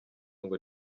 ngo